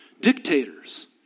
Dictators